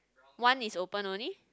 one is open only